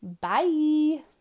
bye